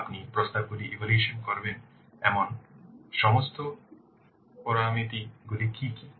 আপনি প্রস্তাবগুলি ইভ্যালুয়েশন করবেন এমন সমস্ত পরামিতিগুলি কী কী